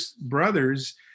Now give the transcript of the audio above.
brothers